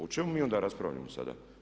O čemu mi onda raspravljamo sada?